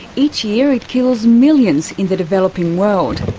each year it kills millions in the developing world.